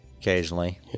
Occasionally